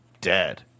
dead